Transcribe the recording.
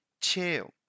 chill